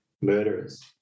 murderers